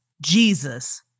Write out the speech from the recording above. Jesus